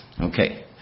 Okay